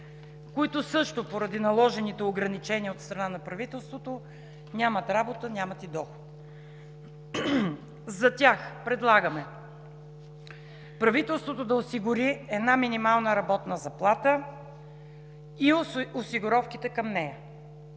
и доход поради наложените ограничения от страна на правителството. За тях предлагаме правителството да осигури една минимална работна заплата и осигуровките към нея,